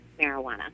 Marijuana